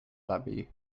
läbi